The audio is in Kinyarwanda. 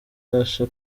abasha